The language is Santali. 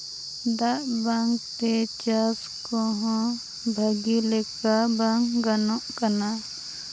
ᱫᱟᱜ ᱵᱟᱝᱛᱮ ᱪᱟᱥ ᱠᱚᱦᱚᱸ ᱵᱷᱟᱹᱜᱤᱞᱮᱠᱟ ᱵᱟᱝ ᱜᱟᱱᱚᱜ ᱠᱟᱱᱟ